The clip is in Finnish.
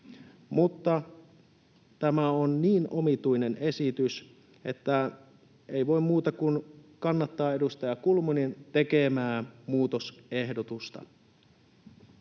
Tämä on niin omituinen esitys, että ei voi muuta kuin kannattaa edustaja Kulmunin tekemää muutosehdotusta.